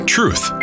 Truth